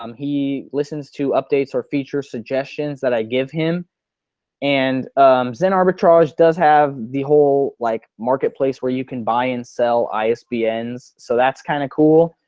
um he listens to updates or feature suggestions that i give him and zen arbitrage does have the whole like marketplace where you can buy and sell isbns, so that's kind of cool.